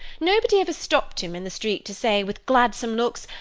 nobody ever stopped him in the street to say, with gladsome looks,